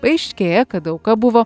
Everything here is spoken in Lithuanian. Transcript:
paaiškėja kad auka buvo